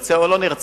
נרצה או לא נרצה.